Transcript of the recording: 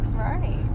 right